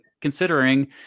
considering